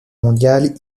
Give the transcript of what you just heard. mondiale